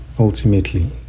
Ultimately